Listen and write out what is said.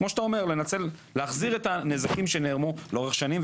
כמו שאתה אומר להחזיר את הנזקים שנערמו לאורך שנים,